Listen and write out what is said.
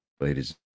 Ladies